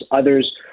others